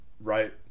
right